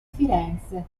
firenze